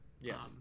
Yes